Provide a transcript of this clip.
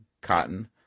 cotton